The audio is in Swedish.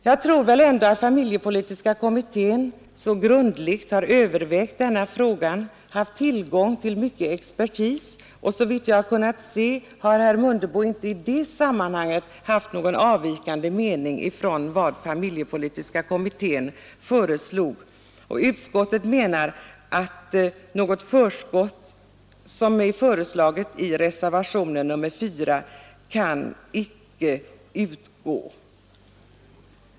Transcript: Jag tror ändå att familjepolitiska kommittén grundligt har övervägt denna fråga; den har ju haft tillgång till mycken expertis. Såvitt jag har kunnat se har herr Mundebo inte i det sammanhanget haft någon annan mening än familjepolitiska kommittén. Utskottet menar att ett förskott som föreslås i reservationen 4 inte kan utgå.